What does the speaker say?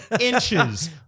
inches